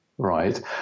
right